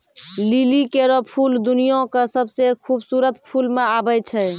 लिली केरो फूल दुनिया क सबसें खूबसूरत फूल म आबै छै